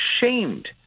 shamed